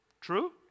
True